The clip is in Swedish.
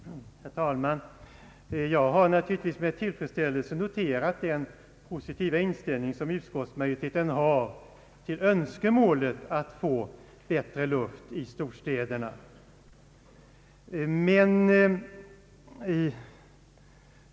Herr talman! Jag har naturligtvis med tillfredsställelse noterat den positiva inställning som utskottsmajoriteten har till önskemålet att få bättre luft i storstäderna.